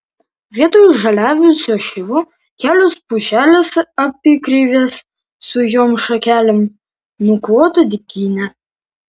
vietoj žaliavusio šilo kelios pušelės apykreivės skujom šakelėm nuklota dykynė